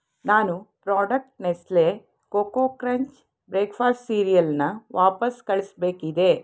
ನಾನು product Nestle Koko Krunch breakfast ಸೀರಿಯಲನ್ನ ವಾಪಸ್ ಕಳಿಸಬೇಕಿದೆ